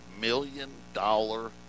million-dollar